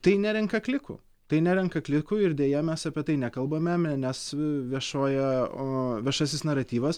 tai nerenka klikų tai nerenka klikų ir deja mes apie tai nekalbame nes viešoje o viešasis naratyvas